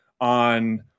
on